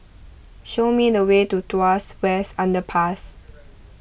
show me the way to Tuas West Underpass